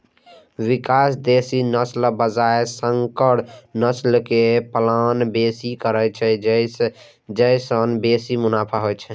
किसान देसी नस्लक बजाय संकर नस्ल के पालन बेसी करै छै, जाहि सं बेसी मुनाफा होइ छै